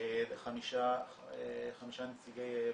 וחמישה נציגי מוקד.